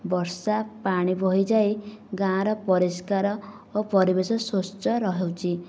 ବର୍ଷା ପାଣି ବହିଯାଇ ଗାଁର ପରିଷ୍କାର ଓ ପରିବେଶ ସ୍ଵଚ୍ଛ ରହୁଛି